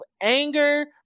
anger